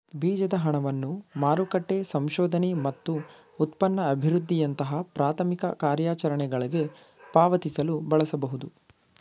ಬೀಜದ ಹಣವನ್ನ ಮಾರುಕಟ್ಟೆ ಸಂಶೋಧನೆ ಮತ್ತು ಉತ್ಪನ್ನ ಅಭಿವೃದ್ಧಿಯಂತಹ ಪ್ರಾಥಮಿಕ ಕಾರ್ಯಾಚರಣೆಗಳ್ಗೆ ಪಾವತಿಸಲು ಬಳಸಬಹುದು